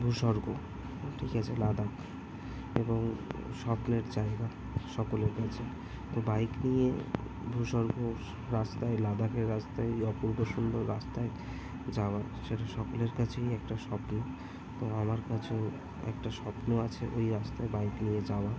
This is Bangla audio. ভূস্বর্গ ঠিক আছে লাদাখ এবং স্বপ্নের জায়গা সকলের কাছে তো বাইক নিয়ে ভূস্বর্গর রাস্তায় লাদাখের রাস্তায় এই অপূর্ব সুন্দর রাস্তায় যাওয়া সেটা সকলের কাছেই একটা স্বপ্ন তো আমার কাছেও একটা স্বপ্ন আছে ওই রাস্তায় বাইক নিয়ে যাওয়া